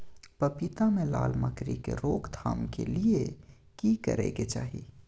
पपीता मे लाल मकरी के रोक थाम के लिये की करै के चाही?